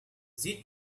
this